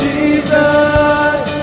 Jesus